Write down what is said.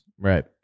Right